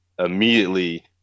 Immediately